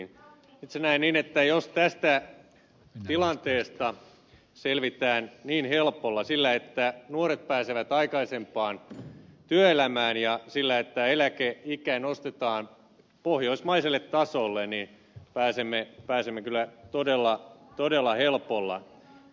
itse näen niin että jos tästä tilanteesta selvitään niin helpolla kuin että nuoret pääsevät aikaisemmin työelämään ja että eläkeikä nostetaan pohjoismaiselle tasolle niin pääsemme kyllä todella helpolla